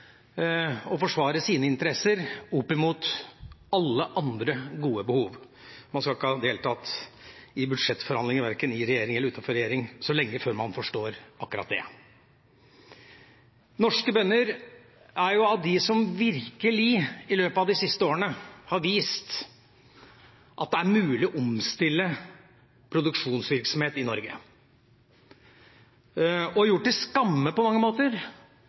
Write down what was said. og forsvare sine interesser opp mot alle andre gode behov. Man skal ikke ha deltatt så lenge i budsjettforhandlinger – verken i eller utenfor regjering – før man forstår akkurat det. Norske bønder er av dem som i løpet av de siste årene virkelig har vist at det er mulig å omstille produksjonsvirksomhet i Norge, og de har på mange måter gjort til skamme